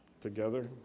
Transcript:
together